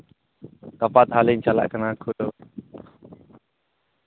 ᱜᱟᱯᱟ ᱛᱟᱦᱞᱮᱧ ᱪᱟᱞᱟᱜ ᱠᱟᱱᱟ ᱠᱷᱩᱞᱟᱹᱣ